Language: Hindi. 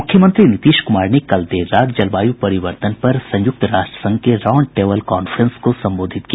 मुख्यमंत्री नीतीश कुमार ने कल देर रात जलवायु परिवर्तन पर संयुक्त राष्ट्र संघ के राउंड टेबल कांफ्रेंस को संबोधित किया